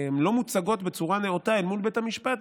לא מוצגות בצורה נאותה מול בית המשפט,